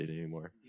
anymore